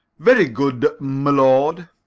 very good, m'lord.